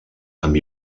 amb